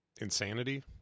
Insanity